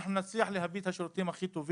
אנחנו נצליח להביא את השירותים הכי טובים,